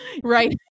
right